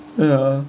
ya